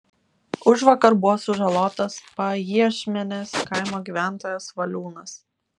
užvakar buvo sužalotas pajiešmenės kaimo gyventojas valiūnas